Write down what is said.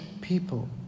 people